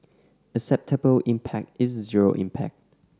acceptable impact is zero impact